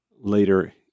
later